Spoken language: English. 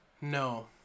No